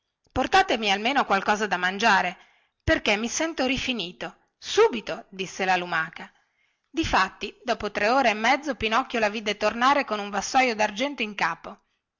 portatemi almeno qualche cosa da mangiare perché mi sento rifinito subito disse la lumaca difatti dopo tre ore e mezzo pinocchio la vide tornare con un vassoio dargento in capo